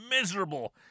miserable